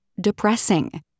depressing